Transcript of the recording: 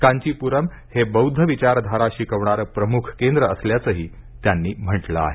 कांचीपुरम हे बौध्दविचारधारा शिकवणारं प्रमुख केंद्र असल्याचंही त्यांनी म्हटलं आहे